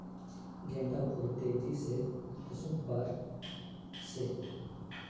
गेंदा फुल तेजी से कुंसम बार से?